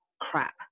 crap